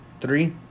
Three